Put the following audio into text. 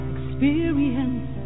Experience